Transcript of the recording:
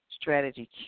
Strategy